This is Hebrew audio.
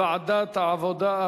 לדיון מוקדם בוועדת העבודה,